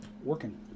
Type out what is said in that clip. working